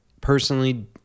personally